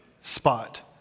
spot